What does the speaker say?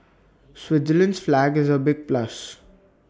Switzerland's flag is A big plus